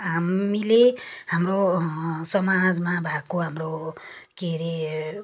हामीले हाम्रो समाजमा भएको हाम्रो के अरे